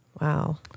Wow